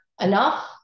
enough